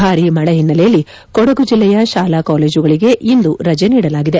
ಭಾರೀ ಮಳೆ ಹಿನ್ನೆಲೆಯಲ್ಲಿ ಕೊಡಗು ಜಿಲ್ಲೆಯ ಶಾಲಾ ಕಾಲೇಜುಗಳಿಗೆ ಇಂದು ರಜೆ ನೀಡಲಾಗಿದೆ